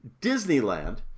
disneyland